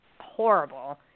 horrible